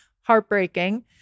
Heartbreaking